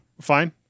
fine